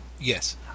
yes